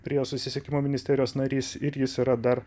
prie susisiekimo ministerijos narys ir jis yra dar